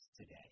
today